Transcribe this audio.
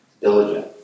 diligent